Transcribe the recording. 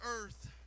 earth